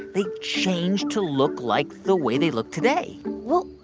they changed to look like the way they look today well,